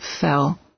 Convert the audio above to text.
fell